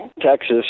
texas